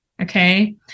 Okay